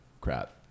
crap